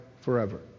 forever